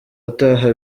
utaha